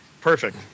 Perfect